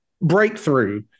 breakthrough